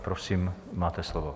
Prosím, máte slovo.